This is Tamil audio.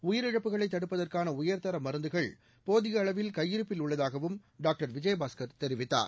உயிரிழப்புகளை தடுப்பதற்கான உயர்தர மருந்துகள் போதிய அளவில் கையிருப்பில் உள்ளதாகவும் டாக்டர் விஜயபாஸ்கர் தெரிவித்தார்